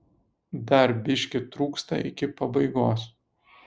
dar biškį trūksta iki pabaigos